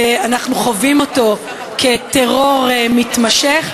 אנחנו חווים אותו כטרור מתמשך,